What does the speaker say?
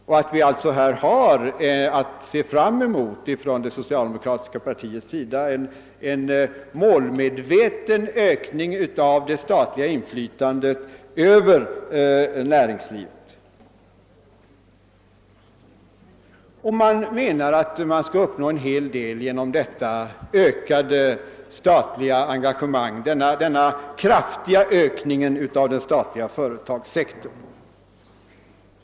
Vi har alltså att från det socialdemokratiska partiets sida se fram mot en målmedveten ökning av det statliga inflytandet över näringslivet. Man menar att man skall uppnå en hel del genom detta ökade statliga engagemang, denna kraftiga ökning av den statliga företagssektorn.